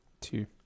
Two